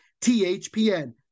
THPN